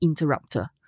interrupter